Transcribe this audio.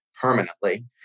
permanently